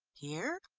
here?